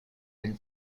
been